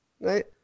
Right